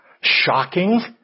shocking